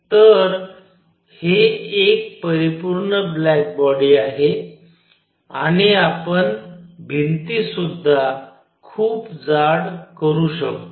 तर हे एक परिपूर्ण ब्लॅक बॉडी आहे आणि आपण भिंती सुद्धा खूप जाड करू शकतो